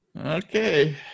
Okay